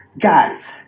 guys